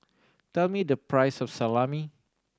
tell me the price of Salami